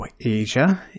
Asia